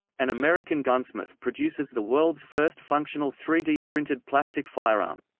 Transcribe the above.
an american gunsmith produces the world's first functional three d printed plastic firearm.